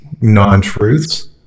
non-truths